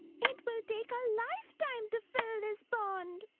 it will take a lifetime to fill this pond.